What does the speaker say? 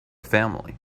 family